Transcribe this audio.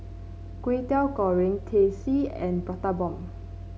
Kway Teow Goreng Teh C and Prata Bomb